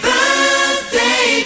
Birthday